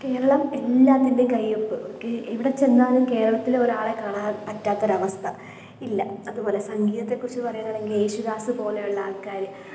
കേരളം എല്ലാത്തിൻ്റെ കൈയ്യൊപ്പ് ഓക്കെ എവിടെ ചെന്നാലും കേരളത്തിലെ ഒരാളെ കാണാൻ പറ്റാത്തൊരവസ്ഥ ഇല്ല അതുപോലെ സംഗീതത്തെക്കുറിച്ച് പറയുകയാണെങ്കിൽ യേശുദാസ് പോലെയുള്ള ആൾക്കാർ